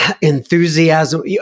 enthusiasm